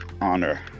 honor